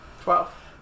Twelve